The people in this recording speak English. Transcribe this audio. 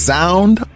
Sound